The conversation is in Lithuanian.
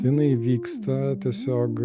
jinai vyksta tiesiog